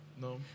No